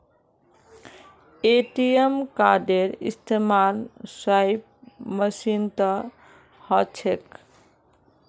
ATM कार्डेर इस्तमाल swipe मशीनत ह छेक